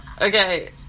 Okay